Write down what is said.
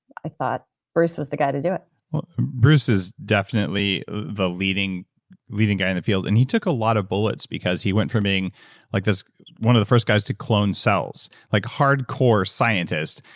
i thought bruce was the guy to do it bruce is definitely the leading leading guy in the field, and he took a lot of bullets because he went from being like one of the first guys to clone cells, like hard core scientist,